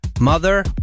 Mother